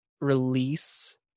release